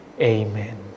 Amen